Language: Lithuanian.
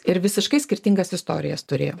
ir visiškai skirtingas istorijas turėjo